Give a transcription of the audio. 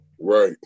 Right